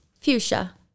Fuchsia